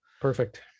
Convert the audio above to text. Perfect